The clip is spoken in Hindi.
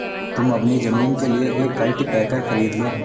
तुम अपनी जमीन के लिए एक कल्टीपैकर खरीद लो